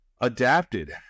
adapted